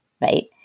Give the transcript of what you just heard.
right